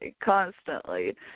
constantly